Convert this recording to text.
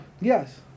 yes